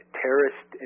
terrorist